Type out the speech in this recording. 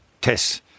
tests